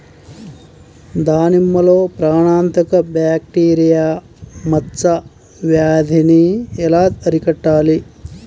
దానిమ్మలో ప్రాణాంతక బ్యాక్టీరియా మచ్చ వ్యాధినీ ఎలా అరికట్టాలి?